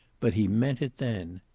but he meant it then.